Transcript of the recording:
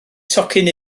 tocyn